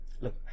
Look